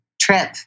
trip